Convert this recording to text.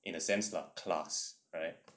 in a sense lah class right